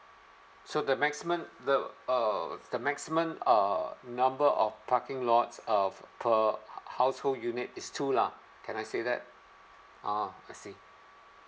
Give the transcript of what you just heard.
so the maximum the uh the maximum uh number of parking lots of per household unit is two lah can I say that ah I see